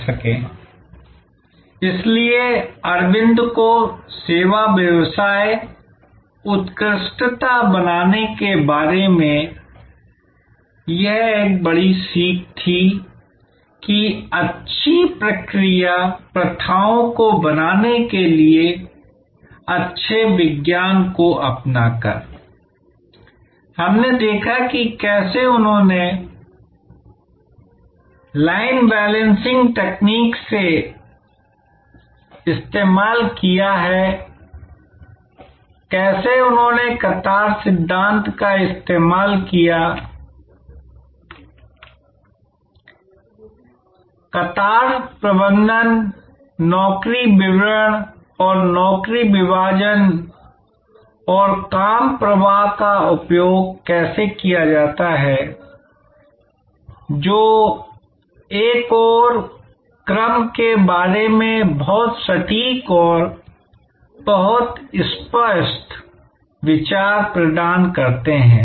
इसलिए अच्छी प्रक्रिया को बनाने के लिए अच्छे विज्ञान को अपनाकर सेवा व्यवसाय उत्कृष्ट बनाने के बारे में अरविंद को यह एक बड़ी सीख थीI हमने देखा कि कैसे उन्होंने लाइन बैलेंसिंग तकनीक का इस्तेमाल किया है कैसे उन्होंने कतार सिद्धांत का इस्तेमाल किया हैकतार प्रबंधन नौकरी विवरण और नौकरी विभाजन और काम प्रवाह का उपयोग कैसे किया हैजो एक ओर क्रम के बारे में बहुत सटीक और बहुत स्पष्ट विचार प्रदान करते हैं